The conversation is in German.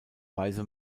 weise